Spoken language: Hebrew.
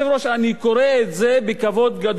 אני קורא את זה בכבוד גדול,